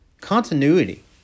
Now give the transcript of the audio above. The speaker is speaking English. continuity